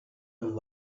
and